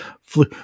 flew